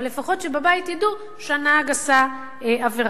אבל לפחות שבבית ידעו שהנהג עשה עבירה,